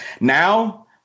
now